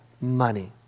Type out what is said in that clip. money